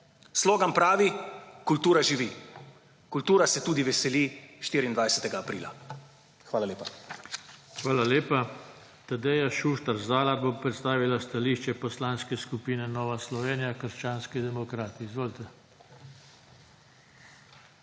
Slogan pravi Kultura živi. Kultura se tudi veseli 24. aprila. Hvala lepa. **PODPREDSEDNIK JOŽE TANKO:** Hvala lepa. Tadeja Šuštar Zalar bo predstavila stališče Poslanske skupine Nova Slovenija – krščanski demokrati. Izvolite.